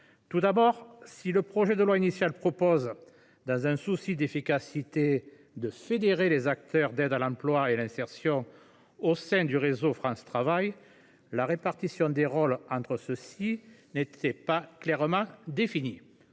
Tout d’abord, si le projet de loi initial prévoyait, dans un souci d’efficacité, de fédérer les acteurs de l’aide à l’emploi et à l’insertion au sein du réseau France Travail, la répartition des rôles entre ceux ci n’était pas clairement définie.